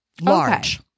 Large